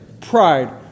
pride